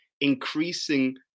increasing